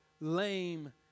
lame